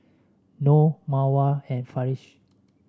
Noh Mawar and Farish